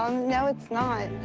um no, it's not.